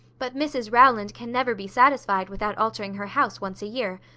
but mrs rowland can never be satisfied without altering her house once a year.